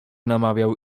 namawiał